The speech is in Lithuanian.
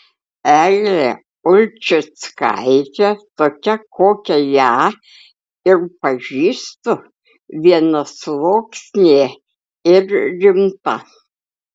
eglė ulčickaitė tokia kokią ją ir pažįstu vienasluoksnė ir rimta